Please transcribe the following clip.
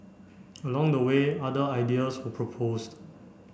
along the way other ideas were proposed